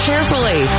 Carefully